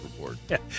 report